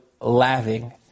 laughing